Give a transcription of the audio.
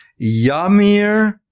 yamir